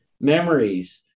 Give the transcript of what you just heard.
memories